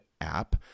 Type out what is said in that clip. app